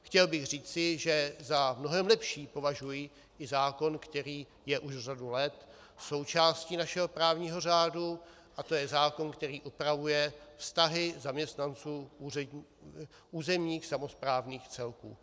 Chtěl bych říci, že za mnohem lepší považuji i zákon, který je už řadu let součástí našeho právního řádu, a to je zákon, který upravuje vztahy zaměstnanců územních samosprávných celků.